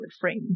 frame